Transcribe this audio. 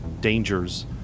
dangers